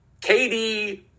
KD